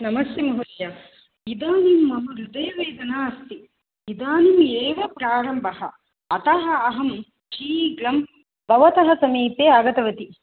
नमस्ते महोदय इदानीं मम हृदयवेदना अस्ति इदानीमेव प्रारम्भः अतः अहं शीघ्रं भवतः समीपे आगतवती